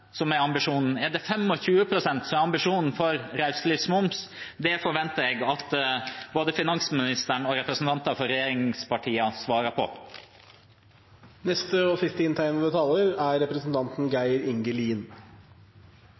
som er ambisjonen? Er det 25 pst. som er ambisjonen for reiselivsmoms? Det forventer jeg at både finansministeren og representanter for regjeringspartiene svarer på. Eg vart litt overraska då representanten Njåstad var framme her og